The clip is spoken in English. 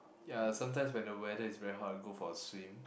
ya sometimes when the weather is very hot I go for a swim